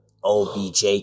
OBJ